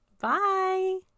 Bye